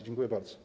Dziękuję bardzo.